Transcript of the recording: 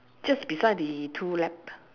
just beside the two lap